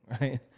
right